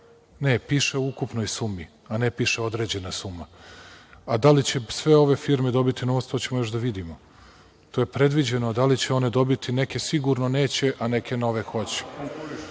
piše u ukupnoj sumi, a ne piše određena suma. Da li će sve ove firme dobiti novac, to ćemo još da vidimo. To je predviđeno, a da li će one dobiti, neke sigurno neće, a neke nove hoće. Da